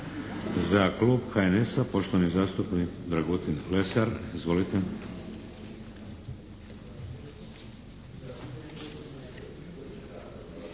Za klub HNS-a, poštovani zastupnik Dragutin Lesar. Izvolite.